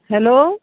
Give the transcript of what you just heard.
hello